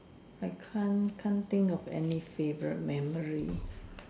I can't can't think of any favourite memory